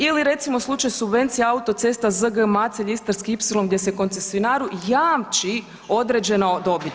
Ili recimo slučaj subvencija autocesta ZG-Macelj, istarski ipsilon gdje se koncesionaru jamči određena dobit.